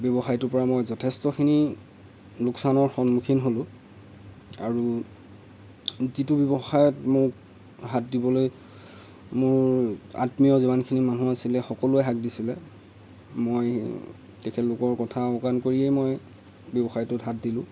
ব্যৱসায়টোৰ পৰা মই যথেষ্টখিনি লোকচানৰ সন্মুখীন হ'লোঁ আৰু যিটো ব্যৱসায়ত মোক হাত দিবলৈ মোৰ আত্মীয় যিমানখিনি মানুহ আছিলে সকলোৱে হাক দিছিলে মই তেখেতলোকৰ কথা আওকাণ কৰিয়েই মই ব্যৱসায়টোত হাত দিলোঁ